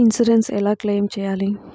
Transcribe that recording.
Insurance ఎలా claim చేయాలి?